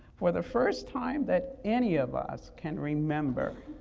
for the first time that any of us can remember,